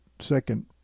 second